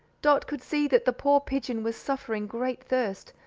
dot could see that the poor pigeon was suffering great thirst,